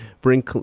bring